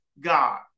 God